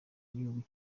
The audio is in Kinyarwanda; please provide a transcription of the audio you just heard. igihugu